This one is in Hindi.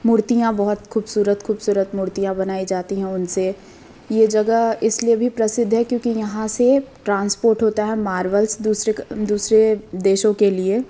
मूर्तियां बहुत खूबसूरत खूबसूरत मूर्तियां बनाई जाती हैं उनसे ये जगह इसलिए भी प्रसिद्ध है क्योंकि यहाँ से ट्रांसपोर्ट होता है मार्बलस दूसरे दूसरे देशों के लिए